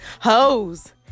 hoes